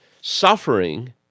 suffering